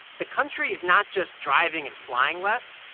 the country is not just driving and flying less.